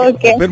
Okay